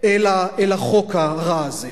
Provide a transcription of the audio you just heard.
אל החוק הרע הזה.